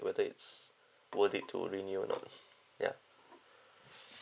whether is worth it to renew or not ya